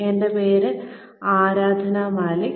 എന്റെ പേര് ആരാധ്ന മാലിക്